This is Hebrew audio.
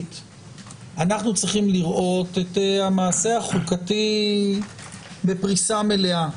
אנחנו צריכים לראות את המעשה החוקתי בפריסה מלאה.